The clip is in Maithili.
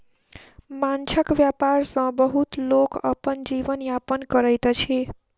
माँछक व्यापार सॅ बहुत लोक अपन जीवन यापन करैत अछि